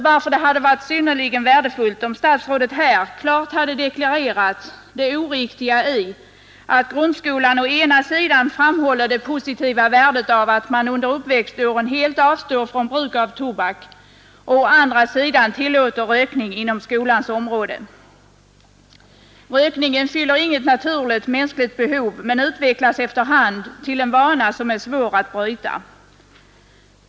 Det hade därför varit synnerligen värdefullt om statsrådet klart hade deklarerat det oriktiga i att grundskolan å ena sidan framhåller det positiva värdet av att man under uppväxtåren helt avstår från bruk av tobak och å andra sidan tillåter rökning inom skolans område. Rökningen fyller inget naturligt mänskligt behov men utvecklas efter hand till en vana som är svår att bryta.